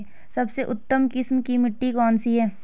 सबसे उत्तम किस्म की मिट्टी कौन सी है?